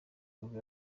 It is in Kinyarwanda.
nibwo